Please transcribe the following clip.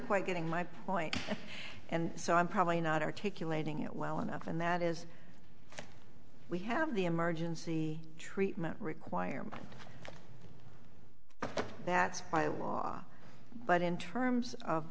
quite getting my point and so i'm probably not articulating it well enough and that is we have the emergency treatment requirement that by law but in terms of